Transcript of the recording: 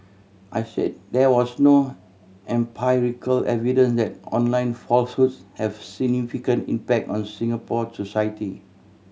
I said there was no empirical evidence that online falsehoods have significant impact on Singapore society